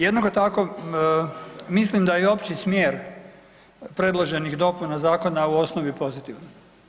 Jednako tako mislim da je opći smjer predloženih dopuna zakona u osnovi pozitivan.